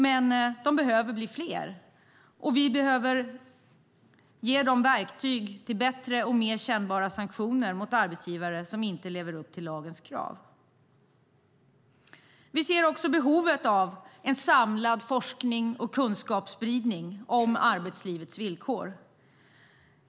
Men de behöver bli fler, och vi behöver ge dem verktyg till bättre och mer kännbara sanktioner mot arbetsgivare som inte lever upp till lagens krav. Vi ser också behovet av en samlad forsknings och kunskapsspridning om arbetslivets villkor.